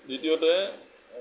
দ্বিতীয়তে